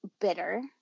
bitter